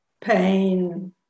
pain